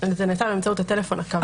זה נעשה באמצעות הטלפון הקווי.